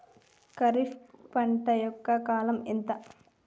ఖరీఫ్ పంట యొక్క కాలం ఎంత?